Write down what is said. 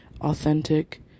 authentic